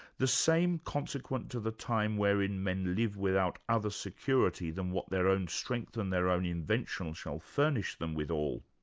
the same consequent to the time wherein men live without other security than what their own strength and their own invention shall furnish them withal.